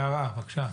הערה, בבקשה.